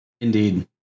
Indeed